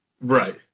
Right